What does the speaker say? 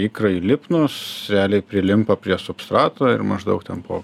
ikrai lipnūs realiai prilimpa prie substrato ir maždaug ten po